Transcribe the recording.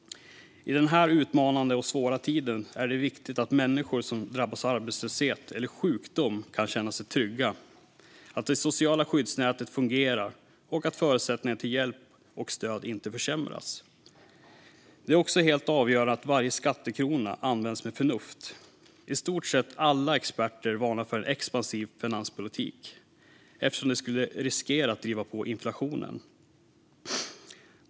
I den här utmanande och svåra tiden är det viktigt att människor som drabbas av arbetslöshet eller sjukdom kan känna sig trygga, att det sociala skyddsnätet fungerar och att förutsättningarna att få hjälp och stöd inte försämras. Det är också helt avgörande att varje skattekrona används med förnuft. I stort sett alla experter varnar för en expansiv finanspolitik, eftersom det skulle riskera att driva på inflationen.